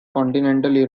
continental